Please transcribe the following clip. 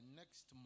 next